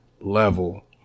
level